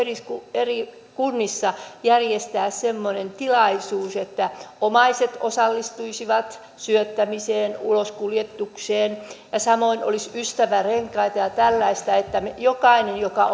eri kunnissa järjestää semmoinen tilaisuus että omaiset osallistuisivat syöttämiseen ulos kuljetukseen ja samoin olisi ystävärenkaita ja tällaista niin että nyt jokainen meistä joka